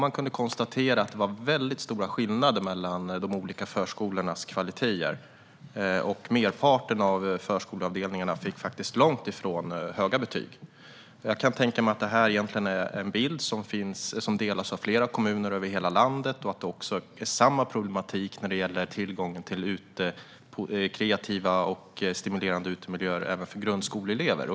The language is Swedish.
Man kunde konstatera att det var väldigt stora skillnader mellan de olika förskolornas kvaliteter. Merparten av förskoleavdelningarna fick långt ifrån höga betyg. Jag kan tänka mig att det här är en bild som delas av flera kommuner över hela landet och att det är samma problematik när det gäller tillgången till kreativa och stimulerande utemiljöer även för grundskoleelever.